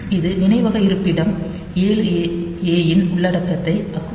இது நினைவக இருப்பிடம் 7A இன் உள்ளடக்கத்தை அக்குமுலேட்டருடன் சேர்க்கும்